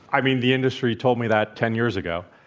i mean, the industry told me that ten years ago.